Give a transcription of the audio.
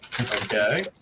okay